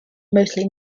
mostly